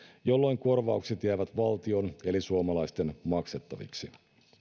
jolloin korvaukset jäävät valtion eli suomalaisten maksettaviksi